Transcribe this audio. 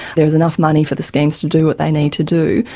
there's enough money for the schemes to do what they need to do,